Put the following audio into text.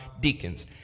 deacons